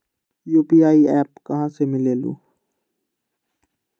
UPI app कहा से मिलेलु?